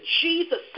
Jesus